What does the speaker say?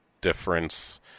difference